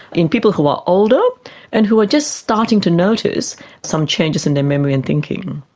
in people who are older and who are just starting to notice some changes in their memory and thinking.